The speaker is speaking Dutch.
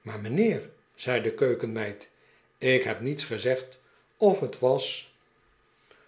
maar mijnheer zei de keukenmeid ik heb niets gezegd of het was